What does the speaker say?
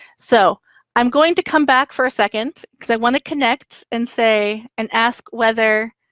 so i'm going to come back for a second because i want to connect and say, and ask whether,